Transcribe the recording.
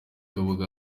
kabuga